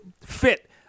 fit